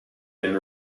and